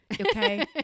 okay